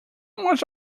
much